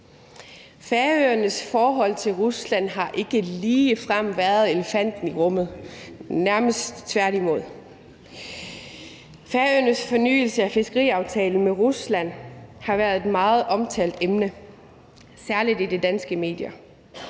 Færøernes forhold til Rusland har ikke ligefrem været elefanten i rummet – nærmest tværtimod. Færøernes fornyelse af fiskeriaftalen med Rusland har været et meget omtalt emne, særlig i de danske medier.